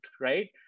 right